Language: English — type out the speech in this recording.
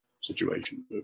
situation